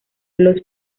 los